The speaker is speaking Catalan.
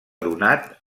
donat